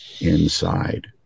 inside